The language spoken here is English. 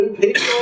people